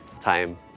time